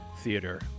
theater